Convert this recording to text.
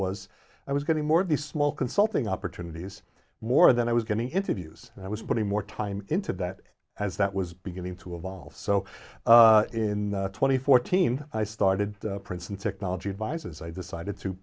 was i was getting more of these small consulting opportunities more than i was getting interviews and i was putting more time into that as that was beginning to evolve so in twenty fourteen i started princeton technology advisors i decided to